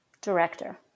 Director